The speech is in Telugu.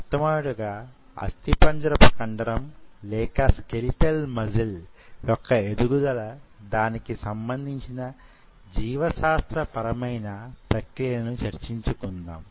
మొట్టమొదటగా అస్థిపంజరంపు కండరం లేక స్కెలిటల్ మజిల్ యొక్క ఎదుగుదల దానికి సంబంధించిన జీవశాస్త్ర పరమైన ప్రక్రియలను చర్చించుకుందాం